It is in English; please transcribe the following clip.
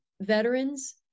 veterans